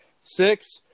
six